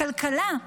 הכלכלה,